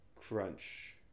crunch